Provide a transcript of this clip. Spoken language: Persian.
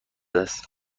است